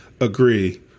agree